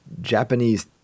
Japanese